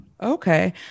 Okay